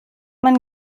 man